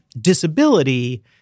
disability